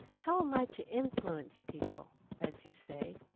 how am i to influence people as you say?